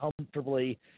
comfortably